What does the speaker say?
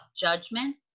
judgment